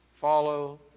follow